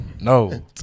No